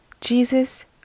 Jesus